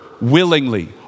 willingly